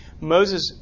Moses